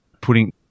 putting